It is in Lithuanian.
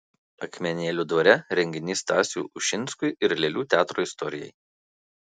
akmenėlių dvare renginys stasiui ušinskui ir lėlių teatro istorijai